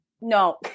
no